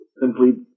simply